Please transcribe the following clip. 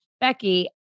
Becky